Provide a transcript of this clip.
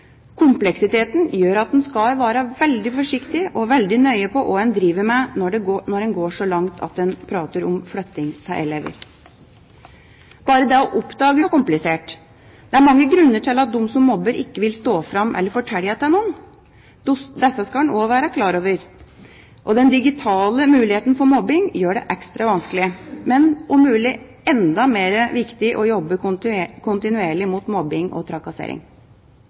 Kompleksiteten gjør at en skal være veldig forsiktig og veldig nøye med hva en driver med når det går så langt at en snakker om flytting av elever. Bare det å oppdage sjølve mobbingen kan være komplisert. Det er mange grunner til at de som mobber, ikke vil stå fram eller fortelle det til noen. Disse skal en også være klar over. Den digitale muligheten for mobbing gjør det ekstra vanskelig, men om mulig enda mer viktig å jobbe kontinuerlig mot mobbing og trakassering.